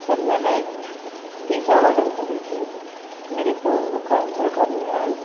sir मैंने एक pizza order करी थी मेरे को वह कैंसिल करनी है